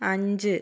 അഞ്ച്